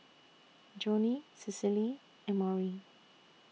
Joni Cicely and Maury